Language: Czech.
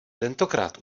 tentokrát